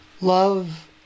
love